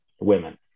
women